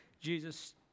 jesus